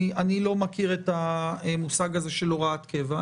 אני לא מכיר את המושג הזה של הוראת קבע.